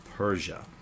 Persia